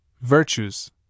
virtues